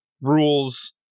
rules